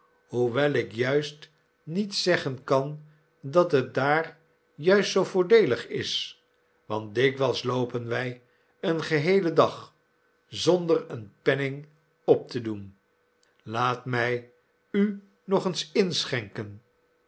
hoewel ik juist niet zeggen kan dat het daar juist zoo voordeelig is want dikwijls loopen wij een geheelen dag zonder een penning op te doen laat mij u nop eens inschenken